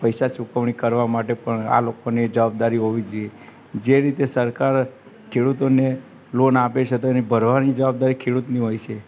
પૈસા ચૂકવણી કરવા માટે પણ આ લોકોને જવાબદારી હોવી જોઈએ જે રીતે સરકાર ખેડૂતોને લોન આપે છે તો એની ભરવાની જવાબદારી ખેડૂતની હોય છે